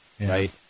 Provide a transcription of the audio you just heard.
Right